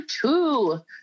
two